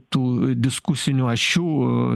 tų diskusinių ašių